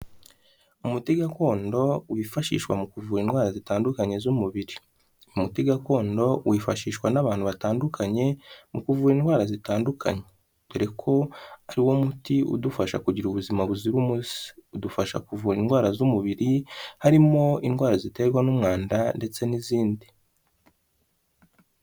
Umuti gakondo wifashishwa mu kuvura indwara zitandukanye z'umubiri, umuti gakondo wifashishwa n'abantu batandukanye mu kuvura indwara zitandukanye dore ko ari wo muti udufasha kugira ubuzima buzira umuze, udufasha kuvura indwara z'umubiri harimo indwara ziterwa n'umwanda ndetse n'izindi.